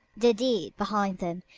the deed behind them,